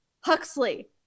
Huxley